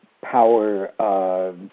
power